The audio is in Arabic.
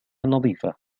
نظيفة